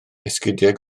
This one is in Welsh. esgidiau